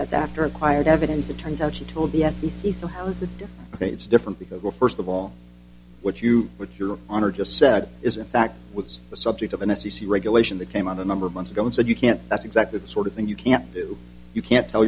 that's after acquired evidence it turns out she told the f c c so how is this different ok it's different because well first of all what you what your honor just said is in fact was the subject of an s e c regulation that came out a number of months ago and said you can't that's exactly the sort of thing you can't do you can't tell